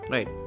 Right